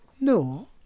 No